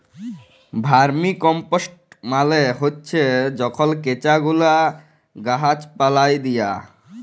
vermicompost মালে হছে যখল কেঁচা গুলা গাহাচ পালায় দিয়া